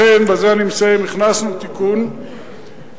לכן, ובזה אני מסיים, הכנסנו תיקון שאומר: